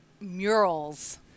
murals